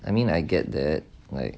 I mean I get that like